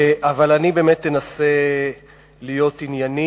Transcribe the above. אבל אני באמת אנסה להיות ענייני.